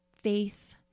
Faith